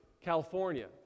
California